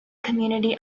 community